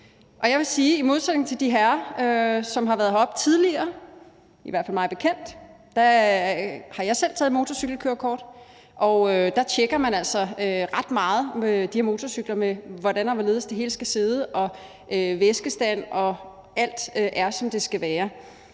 i modsætning til de herrer, som har været heroppe tidligere, i hvert fald mig bekendt – har taget motorcykelkørekort, og der tjekker man altså de her motorcykler ret meget, altså hvordan og hvorledes det hele skal sidde, væskestand, og at alt er, som det skal være.